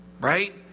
Right